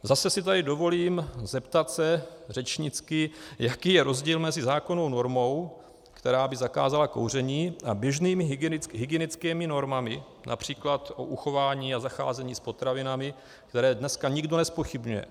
Zase si tady dovolím zeptat se řečnicky, jaký je rozdíl mezi zákonnou normou, která by zakázala kouření, a běžnými hygienickými normami např. o uchování a zacházení s potravinami, které dneska nikdo nezpochybňuje.